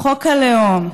חוק הלאום,